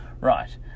right